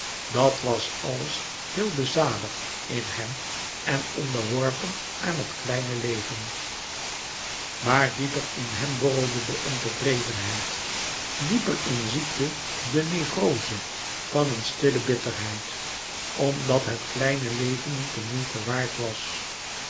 dat was alles heel bezadigd in hem en onderworpen aan het kleine leven maar dieper in hem borrelde de ontevredenheid dieper in ziekte de nevroze van een stille bitterheid omdat het kleine leven niet de moeite waard was